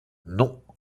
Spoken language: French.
non